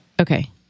Okay